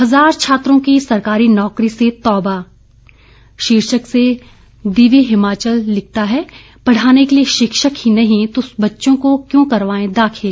हजार छात्रों की सरकारी स्कूलों से तौबा शीर्षक से दिव्य हिमाचल लिखता है पढ़ाने के लिए शिक्षक ही नहीं तो बच्चों को क्यों करवाएं दाखिल